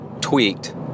tweaked